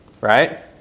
Right